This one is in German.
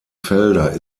felder